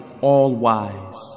All-Wise